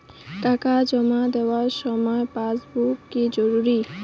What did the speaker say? টাকা জমা দেবার সময় পাসবুক কি জরুরি?